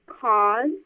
Cause